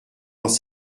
dans